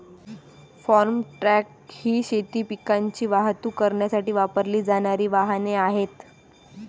form truck ही शेती पिकांची वाहतूक करण्यासाठी वापरली जाणारी वाहने आहेत